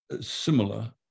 similar